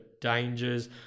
dangers